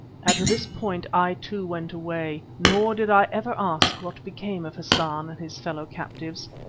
at this point i too went away, nor did i ever ask what became of hassan and his fellow-captives.